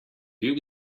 bil